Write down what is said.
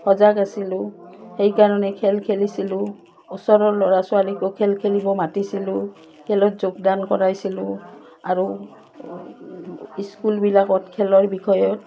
সজাগ আছিলোঁ সেইকাৰণে খেল খেলিছিলোঁ ওচৰৰ ল'ৰা ছোৱালীকো খেল খেলিব মাতিছিলোঁ খেলত যোগদান কৰাইছিলোঁ আৰু স্কুলবিলাকত খেলৰ বিষয়ত